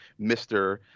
Mr